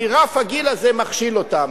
כי רף הגיל הזה מכשיל אותם.